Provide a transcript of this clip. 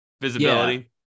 visibility